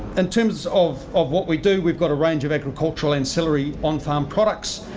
in terms of of what we do, we've got a range of agriculture ancillary on-farm products.